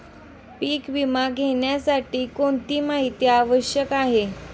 पीक विमा घेण्यासाठी कोणती माहिती आवश्यक आहे?